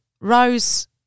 Rose